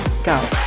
Go